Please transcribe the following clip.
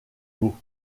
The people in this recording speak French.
mots